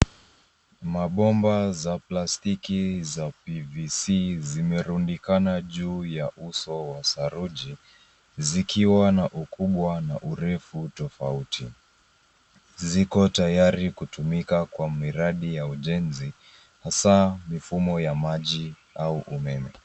Mabomba za plastiki za PVC zimerundikana juu ya uso wa saruji zikiwa na ukubwa na urefu tofauti. Ziko tayari kutumika kwa miradi ya ujenzi hasa mifumo ya maji au umeme.